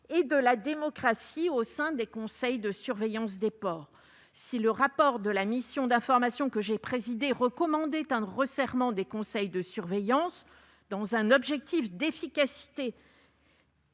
et de la démocratie au sein des conseils de surveillance. Si le rapport de la mission d'information que j'ai présidée recommandait un resserrement des conseils de surveillance, dans un objectif d'efficacité